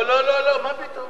לא, מה פתאום?